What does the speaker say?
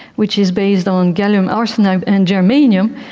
which is based on gallium arsenide and germanium,